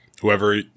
whoever –